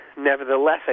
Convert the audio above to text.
Nevertheless